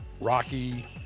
Rocky